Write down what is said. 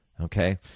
Okay